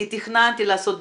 כי תכננתי לעשות דיון,